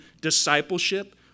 discipleship